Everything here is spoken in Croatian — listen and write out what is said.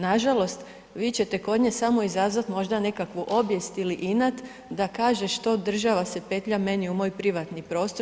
Nažalost, vi ćete kod nje samo izazvati možda nekakvu obijest ili inat da kaže što država se petlja meni u moj privatni prostor.